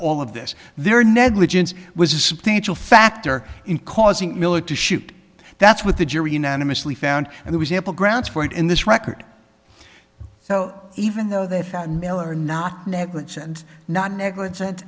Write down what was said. all of this their negligence was a substantial factor in causing miller to shoot that's what the jury unanimously found and there was ample grounds for it in this record so even though they found miller not negligent not negligent